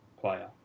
player